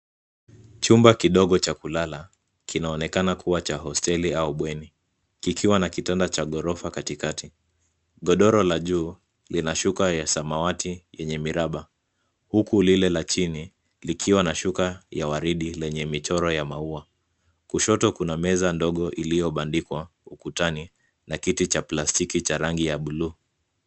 Chumba kidigo cha kulala kinaonekana kuwa cha hosteli au bweni kikiwa na kitanda cha gorofa kati kati. Gondoro la juu lina shuka ya samawati lenye miraba, huku lilie la chini likiwa na shuka ya waridi lenye michoro ya maua. Kushoto kuna meza ndogo iliyobandikwa ukutani na kiti cha plastiki cha rangi ya bluu.